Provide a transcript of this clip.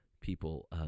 people